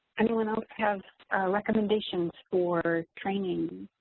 anyone else have recommendations for training?